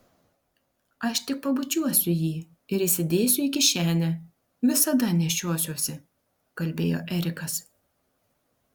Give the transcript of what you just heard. aš tik pabučiuosiu jį ir įsidėsiu į kišenę visada nešiosiuosi kalbėjo erikas